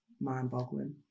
mind-boggling